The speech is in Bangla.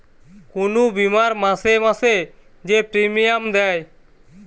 কুনু বীমার মাসে মাসে যে প্রিমিয়াম দেয়